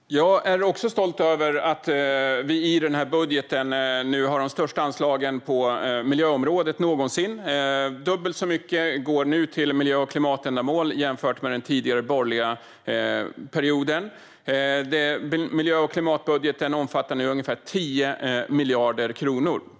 Herr talman! Är du även stolt över att vi i den här budgeten har de största anslagen någonsin till miljöområdet, Magdalena Andersson? Det går nu dubbelt så mycket till miljö och klimatändamål jämfört med under den borgerliga perioden. Miljö och klimatbudgeten omfattar nu ungefär 10 miljarder kronor.